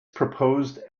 proposed